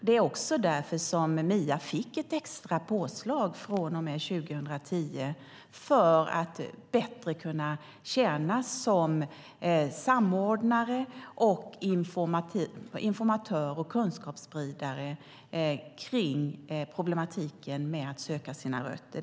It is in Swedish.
Det var också därför som MIA fick ett extra påslag från och med 2010 för att bättre kunna tjäna som samordnare, informatör och kunskapsspridare kring problematiken med att söka sina rötter.